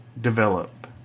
develop